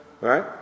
right